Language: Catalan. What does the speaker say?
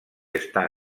està